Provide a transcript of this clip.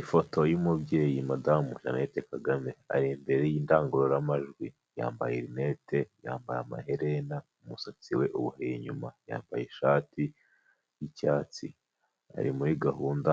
Ifoto y'umubyeyi madamu Jeannette Kagame, ari imbere y'indangururamajwi, yambaye rinete, yambaye amaherena, umusatsi we uboheye inyuma, yambaye ishati y'icyatsi, ari muri gahunda